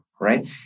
right